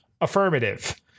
affirmative